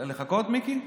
לחכות, מיקי?